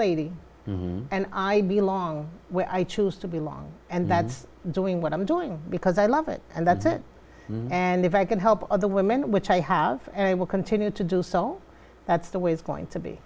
lady and i belong where i choose to be long and that's doing what i'm doing because i love it and that's it and if i can help other women which i have and will continue to do so that's the way it's going to be